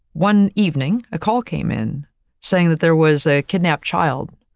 one evening, a call came in saying that there was a kidnapped child.